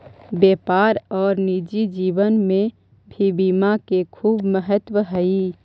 व्यापार और निजी जीवन में भी बीमा के खूब महत्व हई